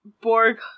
borg